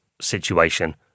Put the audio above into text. situation